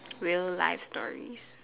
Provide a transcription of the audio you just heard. real life story